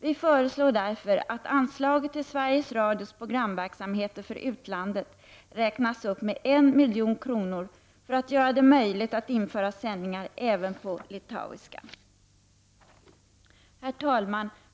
Vi föreslår därför att anslaget till Sveriges Radios programverksamheter för utlandet räknas upp med 1 milj.kr. för att göra det möjligt att införa sändningar även på litauiska. Herr talman!